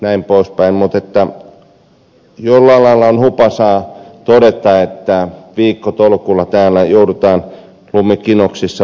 mutta jollain lailla on hupaisaa todeta että viikkotolkulla täällä joudutaan vaan lumikinoksissa seisomaan